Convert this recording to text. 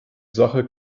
sache